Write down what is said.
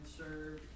serve